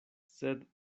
sed